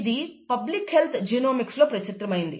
ఇది public health జినోమిక్స్లో ప్రచురితమైంది